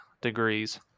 degrees